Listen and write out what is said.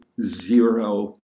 Zero